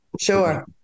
Sure